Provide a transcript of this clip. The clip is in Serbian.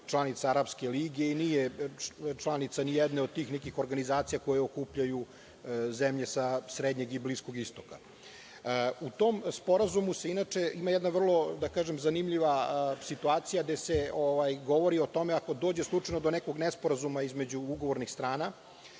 članica Arapske lige i nije članica ni jedne od tih organizacija koje okupljaju zemlje sa srednjeg i Bliskog Istoka.U tom sporazumu ima jedna vrlo zanimljiva situacija gde se govori o tome da ako slučajno dođe do nekog nesporazume između ugovornih strana,